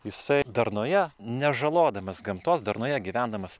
jisai darnoje nežalodamas gamtos darnoje gyvendamas